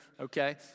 okay